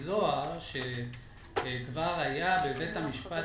יש שיתוף פעולה שחוצה את הקווים הרגילים